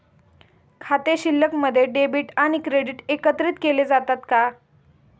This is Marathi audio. खाते शिल्लकमध्ये डेबिट आणि क्रेडिट एकत्रित केले जातात का?